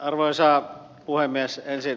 arvoisa puhemies